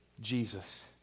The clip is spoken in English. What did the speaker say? jesus